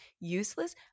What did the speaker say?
Useless